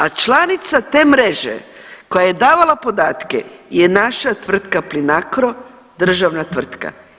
A članica te mreže koja je davala te podatke je naša tvrtka Plinacro, državna tvrtka.